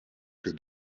que